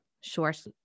short